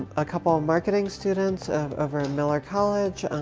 a couple marketing students over in miller college.